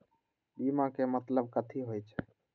बीमा के मतलब कथी होई छई?